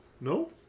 no